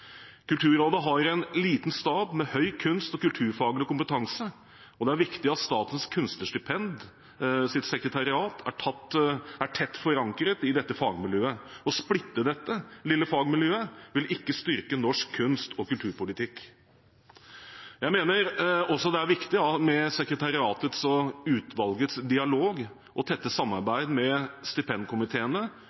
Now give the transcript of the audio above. Kulturrådet har en liten stab med høy kunst- og kulturfaglig kompetanse, og det er viktig at Statens kunstnerstipends sekretariat er tett forankret i dette fagmiljøet. Å splitte dette lille fagmiljøet vil ikke styrke norsk kunst- og kulturpolitikk. Jeg mener også det er viktig med sekretariatets og utvalgets dialog og tette samarbeid med stipendkomiteene